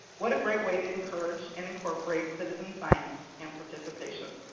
what a great way to encourage and incorporate citizen science and participation.